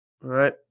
right